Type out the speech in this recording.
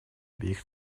обеих